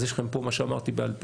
יש לכם פה את מה שאמרתי בעל-פה,